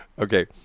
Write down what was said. Okay